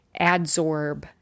adsorb